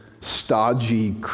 stodgy